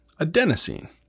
adenosine